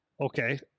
Okay